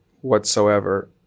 whatsoever